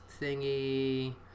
thingy